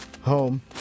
Home